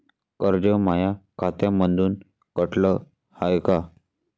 कर्ज माया खात्यामंधून कटलं हाय का?